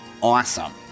awesome